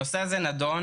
הנושא הזה נדון,